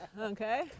okay